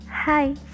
hi